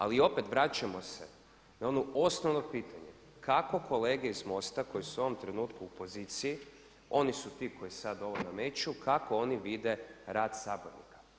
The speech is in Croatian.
Ali i opet vraćamo se na ono osnovno pitanje kako kolege iz MOST-a koji su u ovom trenutku u poziciji, oni su ti koji sad ovo nameću, kako oni vide rad sabornika.